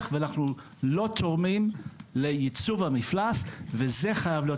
ואנחנו לא תורמים לייצוב המפלס וזו צריכה להיות